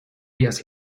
years